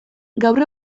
gaur